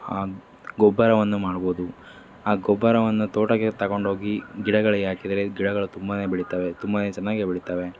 ಗೊಬ್ಬರವನ್ನು ಮಾಡ್ಬೋದು ಆ ಗೊಬ್ಬರವನ್ನು ತೋಟಕ್ಕೆ ತೊಗೊಂಡೋಗಿ ಗಿಡಗಳಿಗೆ ಹಾಕಿದರೆ ಗಿಡಗಳು ತುಂಬಾ ಬೆಳೀತಾವೆ ತುಂಬಾ ಚೆನ್ನಾಗೇ ಬೆಳೀತಾವೆ